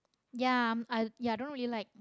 ya I'm I ya I don't really like